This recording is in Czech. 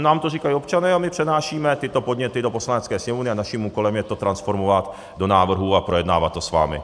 Nám to říkají občané a my přenášíme tyto podněty do Poslanecké sněmovny a naším úkolem je to transformovat do návrhů a projednávat to s vámi.